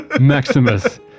Maximus